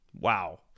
Wow